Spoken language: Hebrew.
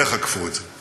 איך עקפו את זה?